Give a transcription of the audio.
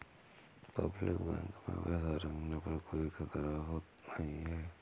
Public bank में पैसा रखने पर कोई खतरा तो नहीं है?